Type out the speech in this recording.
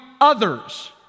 others